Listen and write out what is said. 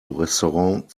restaurant